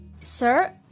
Sir